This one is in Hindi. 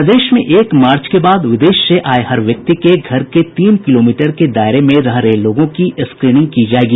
प्रदेश में एक मार्च के बाद विदेश से आये हर व्यक्ति के घर के तीन किलोमीटर के दायरे में लोगों की स्क्रीनिंग की जायेगी